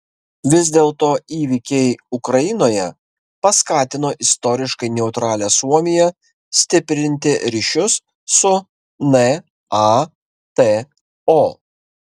vis dėlto įvykiai ukrainoje paskatino istoriškai neutralią suomiją stiprinti ryšius su nato